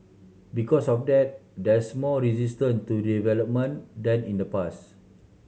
because of that there's more resistant to development than in the pass